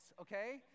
okay